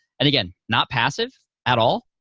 and again, not passive at all,